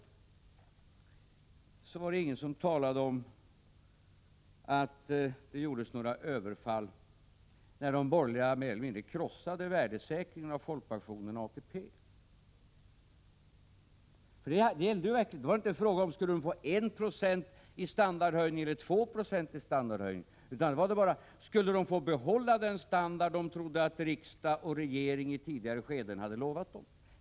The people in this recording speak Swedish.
Däremot var det ingen som talade om att det gjordes några överfall när de borgerliga mer eller mindre krossade värdesäkringen av folkpensionerna och ATP - för det var ju vad som verkligen skedde. Det var inte fråga om att man skulle få 1 96 eller 2 96 i standardhöjning, utan då gällde det om man skulle få behålla den standard som man trodde att riksdag och regering under tidigare skeden hade utlovat.